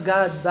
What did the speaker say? God